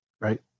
right